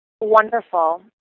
wonderful